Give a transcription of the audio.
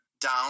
down